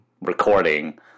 recording